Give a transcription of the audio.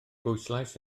bwyslais